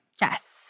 Yes